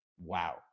Wow